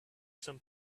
some